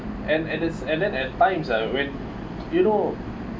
and and it's and then at times ah when you know